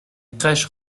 crèche